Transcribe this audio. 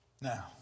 Now